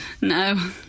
No